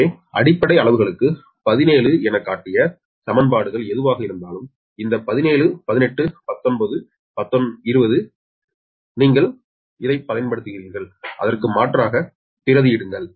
எனவே அடிப்படை அளவுகளுக்கு 17 எனக் காட்டிய சமன்பாடுகள் எதுவாக இருந்தாலும் இந்த 1718 19 மற்றும் 20 நீங்கள் அதைப் பயன்படுத்துகிறீர்கள் அதற்கு மாற்றாக பிரதியிடுங்கள்